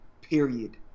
Period